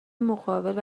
مقابل